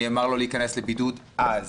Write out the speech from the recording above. נאמר לו להיכנס לבידוד, אז.